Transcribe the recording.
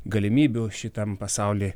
galimybių šitam pasauly